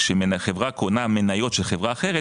כשחברה קונה מניות של חברה אחרת,